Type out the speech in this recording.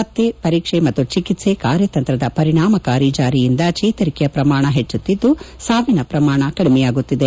ಪತ್ತೆ ಪರೀಕ್ಷೆ ಮತ್ತು ಚಿಕಿತ್ಸೆ ಕಾರ್ಯತಂತ್ರದ ಪರಿಣಾಮಕಾರಿ ಜಾರಿಯಿಂದ ಚೇತರಿಕೆಯ ಪ್ರಮಾಣ ಹೆಚ್ಚುತ್ತಿದ್ದು ಸಾವಿನ ಪ್ರಮಾಣ ಕಡಿಮೆಯಾಗುತ್ತಿದೆ